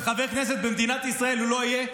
וחבר כנסת במדינת ישראל הוא לא יהיה.